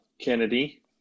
Kennedy